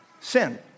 sin